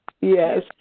Yes